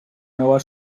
nova